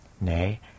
Nay